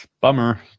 bummer